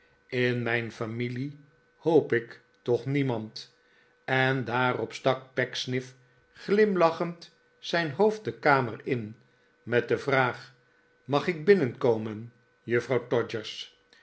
in mijn familie hoop ik toch niemand en daarop stak pecksniff glimlachend zijn hoofd de kamer in met de vraag mag ik binnenkomen